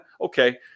okay